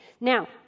Now